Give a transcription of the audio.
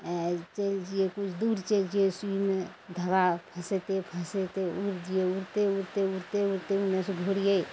आओर चलि जइए किछु दूर चलि जइए सुइमे धागा फँसेतइ फँसेतइ उड़ि जइयै उड़िते उड़िते उड़िते उड़िते उन्नेसँ घुरियै